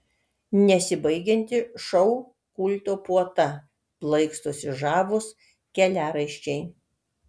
nesibaigianti šou kulto puota plaikstosi žavūs keliaraiščiai